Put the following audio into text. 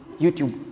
YouTube